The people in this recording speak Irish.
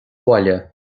bhaile